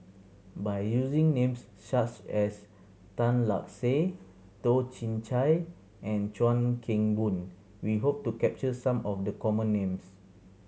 by using names such as Tan Lark Sye Toh Chin Chye and Chuan Keng Boon we hope to capture some of the common names